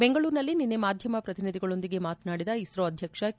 ಬೆಂಗಳೂರಿನಲ್ಲಿ ನಿನ್ನೆ ಮಾಧ್ಯಮ ಪ್ರತಿನಿಧಿಗಳೊಂದಿಗೆ ಮಾತನಾಡಿದ ಇಸ್ರೋ ಅಧ್ಯಕ್ಷ ಕೆ